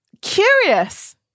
curious